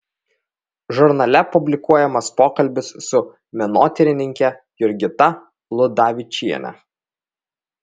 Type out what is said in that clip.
žurnale publikuojamas pokalbis su menotyrininke jurgita ludavičiene